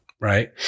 Right